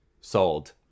sold